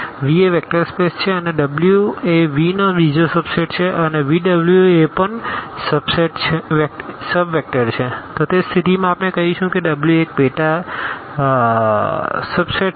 તો Vએ vector space છે અને W એV નો બીજો સબસેટ છે અને જો VW એ પણ સબ વેક્ટર છે તો તે સ્થિતિમાં આપણે કહીશું કે W એક પેટા જગ્યા છે